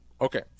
okay